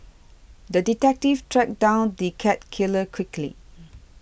the detective tracked down the cat killer quickly